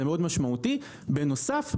בנוסף,